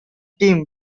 team